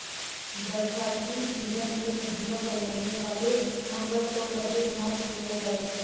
बरसाती सीजन में सब्जियों पर लगने वाले फंगस को कैसे समाप्त किया जाए?